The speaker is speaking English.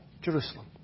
Jerusalem